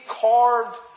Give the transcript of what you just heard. carved